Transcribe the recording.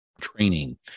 training